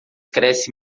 cresce